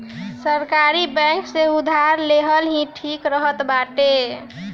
सरकारी बैंक से उधार लेहल ही ठीक रहत बाटे